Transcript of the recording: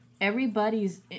Everybody's